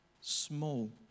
small